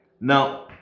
now